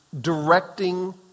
directing